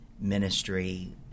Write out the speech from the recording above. ministry